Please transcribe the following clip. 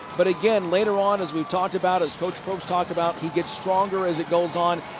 but again, later on, as we've talked about, as coach probst talked about, he gets stronger as it goes on.